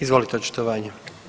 Izvolite očitovanje.